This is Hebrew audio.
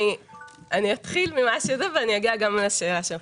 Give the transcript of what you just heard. אני אתחיל ואני אגיע גם לשאלה שלך.